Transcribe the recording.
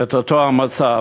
את אותו המצב.